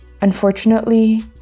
Unfortunately